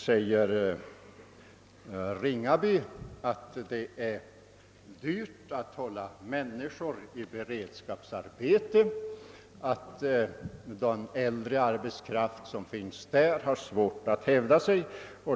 Herr Ringaby säger att det är dyrt att hålla människor i beredskapsarbete och att den äldre arbetskraft som sysslar med sådant arbete har svårt att hävda sig.